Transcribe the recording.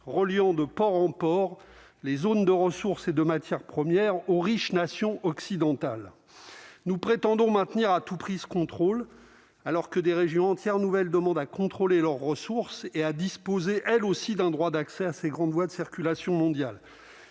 reliant de port en port les zones de ressources et de matières premières aux riches nations occidentales nous prétendons maintenir à tout prix ce contrôle alors que des régions entières nouvelle demande à contrôler leurs ressources et à disposer elle aussi d'un droit d'accès à ces grandes voies de circulation mondiale